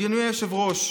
אדוני היושב-ראש,